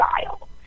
style